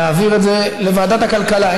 להעביר את זה לוועדת הכלכלה.